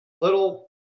little